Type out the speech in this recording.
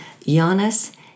Giannis